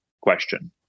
question